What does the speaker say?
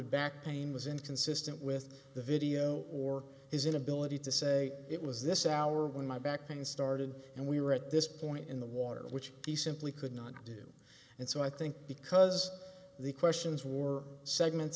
reported back pain was inconsistent with the video or his inability to say it was this hour when my back pain started and we were at this point in the water which he simply could not do and so i think because the questions were segment